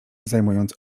zajmując